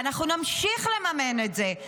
ואנחנו נמשיך לממן את זה.